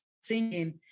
singing